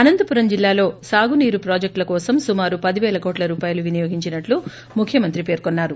అనంతపురమ జిల్లాలో సాగునీరు ప్రాజెక్ట్ ల కోసం సుమారు పదిపేల కోట్ల రూపాయలు వినియోగించినట్లు ముఖ్యమంత్రి పెర్కున్నారు